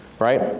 right?